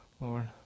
Lord